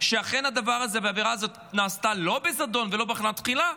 שאכן הדבר הזה והעבירה הזאת נעשו לא בזדון ולא בכוונה תחילה,